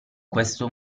questo